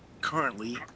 currently